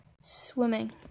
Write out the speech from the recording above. swimming